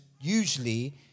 usually